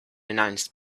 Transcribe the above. announced